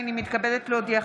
הינני מתכבדת להודיעכם,